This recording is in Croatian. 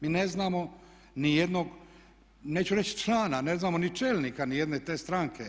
Mi ne znamo nijednog neću reći člana, ne znamo ni čelnika nijedne te stranke.